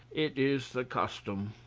it is the custom.